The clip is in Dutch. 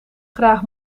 graag